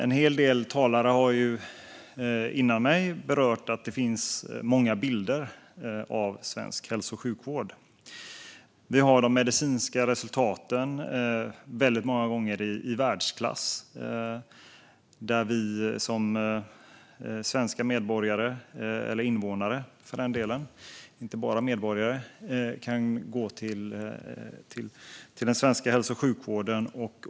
En hel del talare har innan mig berört att det finns många bilder av svensk hälso och sjukvård. Vi har de medicinska resultaten som väldigt många gånger är i världsklass. Där kan vi som svenska invånare, och inte bara som medborgare, gå till den svenska hälso och sjukvården.